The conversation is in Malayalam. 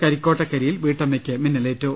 കരിക്കോട്ടക്കരിയിൽ വീട്ടമ്മയ്ക്ക് മിന്നലേറ്റു